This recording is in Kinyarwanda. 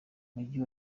mujyi